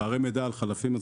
פערי מידע על חלפים,